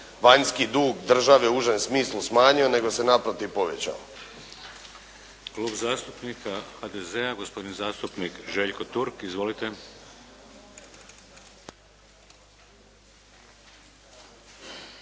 vanjski dug države u užem smislu smanjio nego se naprotiv povećao.